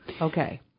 Okay